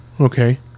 Okay